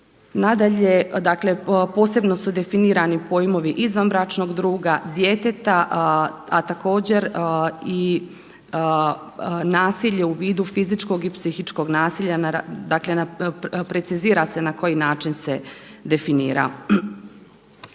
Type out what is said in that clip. dobili. Posebno su definirani pojmovi izvanbračnog druga, djeteta, a također i nasilje u vidu fizičkog i psihičkog nasilja dakle precizira se na koji način se definira.